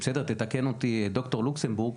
ותתקן אותי ד"ר לוקסנבורג,